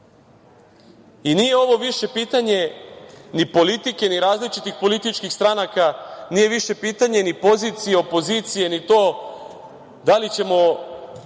prava? Nije ovo više pitanje ni politike, ni različitih političkih stranaka. Nije više pitanje ni pozicije i opozicije, ni to da li ćemo